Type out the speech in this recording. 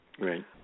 Right